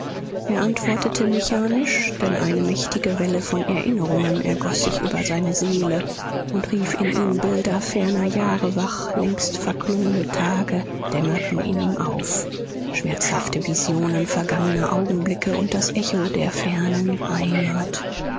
er antwortete mechanisch denn eine mächtige welle von erinnerungen ergoß sich über seine seele und rief in ihm bilder ferner jahre wach längst verklungene tage dämmerten in ihm auf schmerzhafte visionen vergangener augenblicke und das echo der fernen heimat